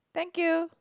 thank you